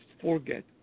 forget